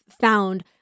found